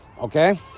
Okay